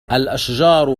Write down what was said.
الأشجار